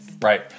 Right